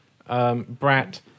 Brat